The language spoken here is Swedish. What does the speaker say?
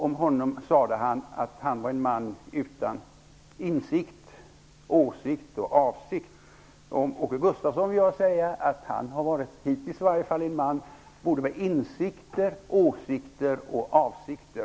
Om honom sade han att han var en man utan insikt, åsikt och avsikt. Om Åke Gustavsson vill jag säga att han hittills i varje fall har varit en man med insikter, åsikter och avsikter.